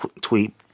tweet